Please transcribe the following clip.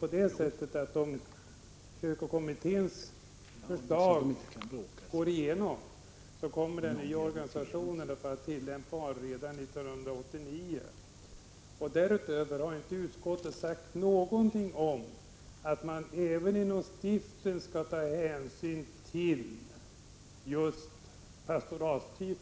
Vad jag menar är, att om kyrkokommitténs förslag går igenom, kommer den nya organisationen att vara tillämpbar redan 1989. Utskottet har därutöver inte sagt någonting om att man inom stiften även bör ta hänsyn till pastoratstyp.